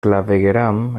clavegueram